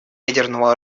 ядерного